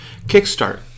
Kickstart